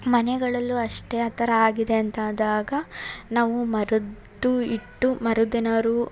ಮನೆಗಳಲ್ಲೂ ಅಷ್ಟೇ ಆ ಥರ ಆಗಿದೆ ಅಂತ ಆದಾಗ ನಾವು ಮರದ್ದು ಇಟ್ಟು ಮರದ್ದು ಏನಾದರು